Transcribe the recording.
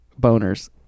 Boners